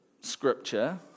Scripture